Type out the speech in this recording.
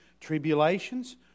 tribulations